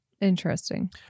interesting